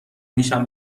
میشم